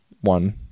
One